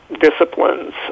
disciplines